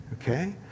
Okay